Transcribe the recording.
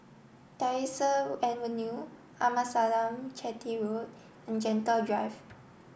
Tyersall Avenue Amasalam Chetty Road and Gentle Drive